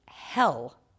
hell